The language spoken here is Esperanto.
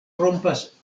rompas